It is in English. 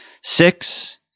six